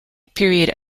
period